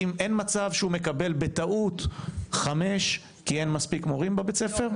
אין מצב שהוא מקבל בטעות 5 שעות כי אין מספיק מורים בבית-הספר?